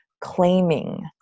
claiming